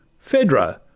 phaedra,